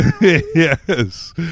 Yes